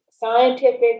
scientific